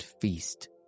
feast